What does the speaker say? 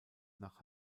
nach